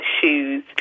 shoes